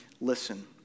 listen